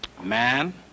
man